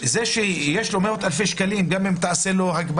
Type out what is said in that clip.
זה שיש לו חוב של מאות אלפי שקלים,